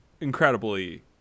incredibly